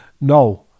No